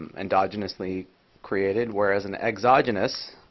endogenously created, whereas an exogenous